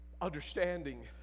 understanding